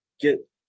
get